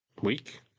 week